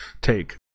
take